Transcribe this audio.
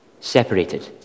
separated